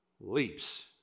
leaps